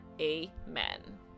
Amen